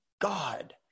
God